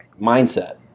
mindset